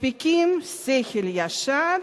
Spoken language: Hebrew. מספיקים שכל ישר